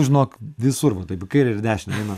žinok visur va taip į kairę ir į dešinę eina